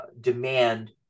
demand